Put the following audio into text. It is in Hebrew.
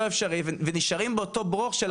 לא אפשרי ונשארים באותו ברוך.